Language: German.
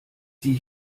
sie